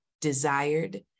desired